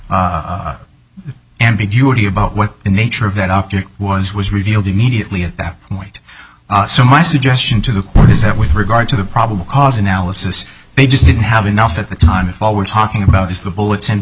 any ambiguity about what the nature of that object was was revealed immediately at that point so my suggestion to the court is that with regard to the probable cause analysis they just didn't have enough at the time if all we're talking about is the bullets